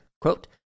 Quote